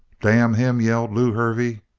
damn him! yelled lew hervey.